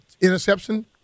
interception –